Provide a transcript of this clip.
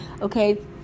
okay